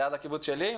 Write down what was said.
ליד הקיבוץ שלי,